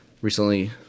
Recently